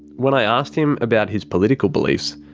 when i asked him about his political beliefs,